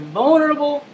vulnerable